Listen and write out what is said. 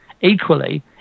Equally